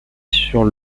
sur